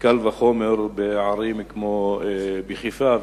קל וחומר בערים כמו חיפה,